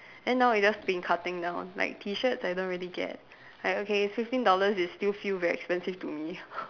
and now it's just been cutting down like T shirts I don't really get like okay fifteen dollars still feel very expensive to me